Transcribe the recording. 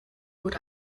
gut